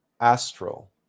astral